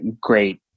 great